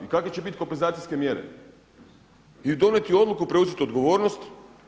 I kakve će bit kompenzacijske mjere i donijeti odluku, preuzeti odgovornost.